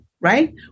right